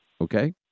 Okay